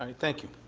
um thank you.